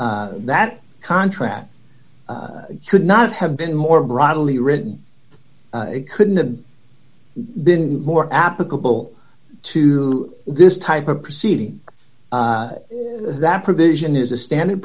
that contract could not have been more broadly written couldn't have been more applicable to this type of proceeding that provision is a standard